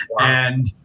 And-